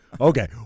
Okay